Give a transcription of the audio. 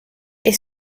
est